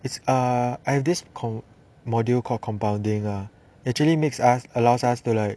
it's ah I've this module called compounding ah actually makes us allows us to like